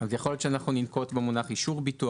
להיות שננקוט במונח "אישור ביטוח".